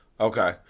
Okay